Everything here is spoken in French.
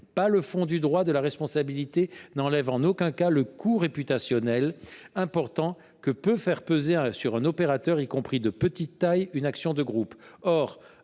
pas le fond du droit de la responsabilité n’enlève en aucun cas le coût réputationnel important que peut induire sur un opérateur, y compris de petite taille, une action de groupe.